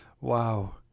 Wow